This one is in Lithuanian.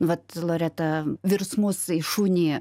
vat loreta virsmus šunį